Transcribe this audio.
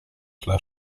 tle